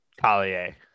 Collier